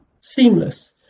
seamless